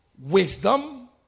wisdom